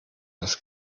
das